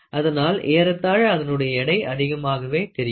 அதனால் ஏறத்தாழ அதனுடைய எடை அதிகமாகவே தெரியும்